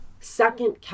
Second